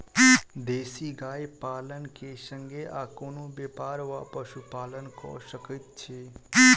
देसी गाय पालन केँ संगे आ कोनों व्यापार वा पशुपालन कऽ सकैत छी?